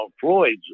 Floyd's